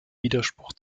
widerspruch